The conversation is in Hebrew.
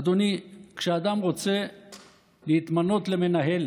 אדוני, כשאדם רוצה להתמנות למנהל